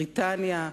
בריטניה,